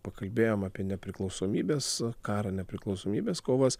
pakalbėjom apie nepriklausomybės karą nepriklausomybės kovas